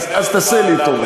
אז תעשה לי טובה.